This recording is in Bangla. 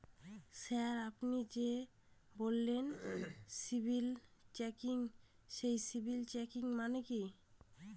স্যার আপনি যে বললেন সিবিল চেকিং সেই সিবিল চেকিং মানে কি?